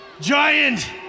giant